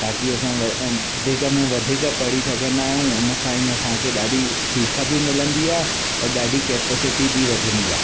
ताकि असां व वधीक में वधीक पढ़ी सघंदा आहियूं उनसां ई असांखे ॾाढी सीख बि मिलंदी आहे और ॾाढी केपिसिटी बि वधंदी आहे